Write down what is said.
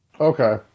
Okay